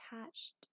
attached